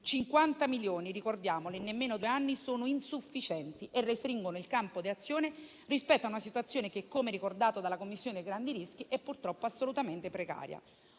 50 milioni in nemmeno due anni sono insufficienti e restringono il campo d'azione rispetto a una situazione che, come ricordato dalla Commissione grandi rischi, è purtroppo assolutamente precaria.